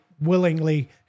willingly